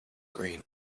green